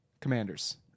Commanders